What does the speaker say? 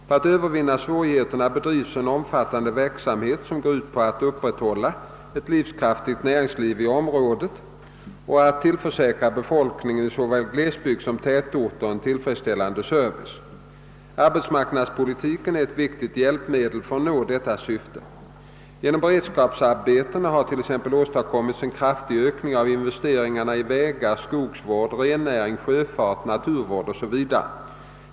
För att övervinna svårigheterna bedrivs en omfattande verksamhet som går ut på att upprätthålla ett livskraftigt näringsliv i området och att tillförsäkra befolkningen i såväl glesbygd som tätorter en tillfredsställande service. Arbetsmarknadspolitiken är ett viktigt hjälpmedel för att nå detta syfte. Genom beredskapsarbetena har t.ex. åstadkommits en kraftig ökning av investeringarna i vägar, skogsvård, rennäring, sjöfart, naturvård o.s.v.